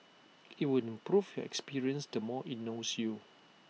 IT will improve your experience the more IT knows you